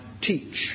teach